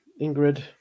Ingrid